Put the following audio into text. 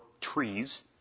trees